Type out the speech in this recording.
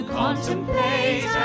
contemplate